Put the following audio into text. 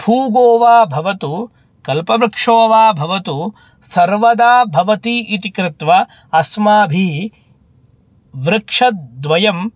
पूगी वा भवतु कल्पवृक्षो वा भवतु सर्वदा भवति इति कृत्वा अस्माभिः वृक्षद्वयम्